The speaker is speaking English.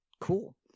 Cool